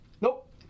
Nope